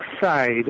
side